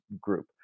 group